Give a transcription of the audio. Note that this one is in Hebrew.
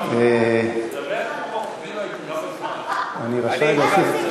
תוסיף אותי לחוק שלי.